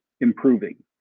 improving